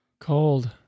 cold